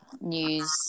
News